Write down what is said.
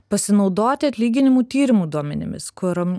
pasinaudoti atlyginimų tyrimų duomenimis kur